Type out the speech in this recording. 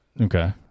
Okay